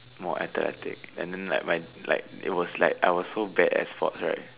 more athletic and then like when like it was like I was so bad at sports right